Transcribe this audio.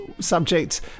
subject